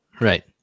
right